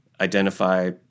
identify